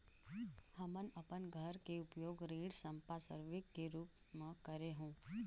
हमन अपन घर के उपयोग ऋण संपार्श्विक के रूप म करे हों